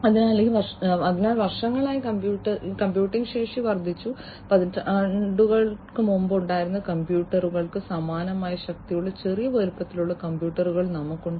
അതിനാൽ വർഷങ്ങളായി കമ്പ്യൂട്ടിംഗ് ശേഷി വർദ്ധിച്ചു പതിറ്റാണ്ടുകൾക്ക് മുമ്പ് ഉണ്ടായിരുന്ന കമ്പ്യൂട്ടറുകൾക്ക് സമാനമായ ശക്തിയുള്ള ചെറിയ വലിപ്പത്തിലുള്ള കമ്പ്യൂട്ടറുകൾ നമുക്കുണ്ട്